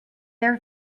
their